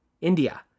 India